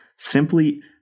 Simply